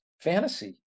fantasy